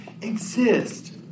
exist